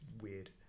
weird